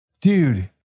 Dude